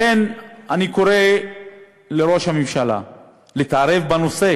לכן אני קורא לראש הממשלה להתערב בנושא.